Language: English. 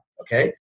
Okay